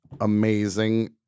amazing